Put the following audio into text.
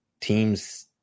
teams